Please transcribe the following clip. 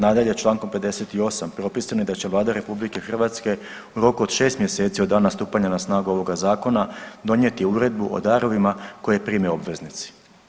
Nadalje, čl. 58 propisano je da će Vlada RH u roku od 6 mjeseci od dana stupanja na snagu ovoga Zakona, donijeti uredbu o darovima koje prime obveznici.